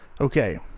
Okay